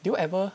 did you ever